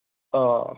অঁ